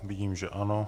Vidím, že ano.